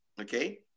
okay